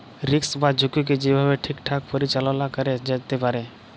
risk বা ঝুঁকিকে যে ভাবে ঠিকঠাক পরিচাললা ক্যরা যেতে পারে